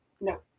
no